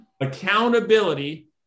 accountability